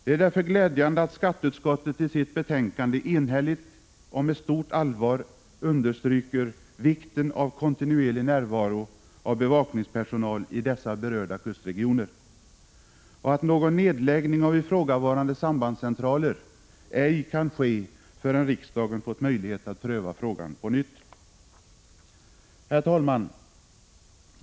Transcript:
Det är därför glädjande att skatteutskottet i sitt betänkande enhälligt och med stort allvar understryker vikten av kontinuerlig närvaro av bevakningspersonal i dessa berörda kustregioner och att någon nedläggning av ifrågavarande sambandscentraler ej kan ske förrän riksdagen fått möjlighet att pröva frågan på nytt. Herr talman!